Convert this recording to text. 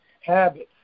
habits